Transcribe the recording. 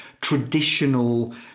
traditional